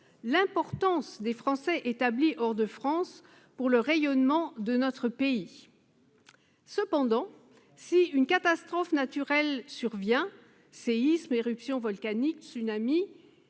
l'importance des Français établis hors de France pour le rayonnement de notre pays. Cependant, si une catastrophe naturelle survient- séisme, éruption volcanique, tsunami